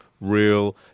real